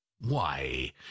Why